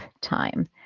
time